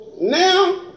Now